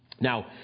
Now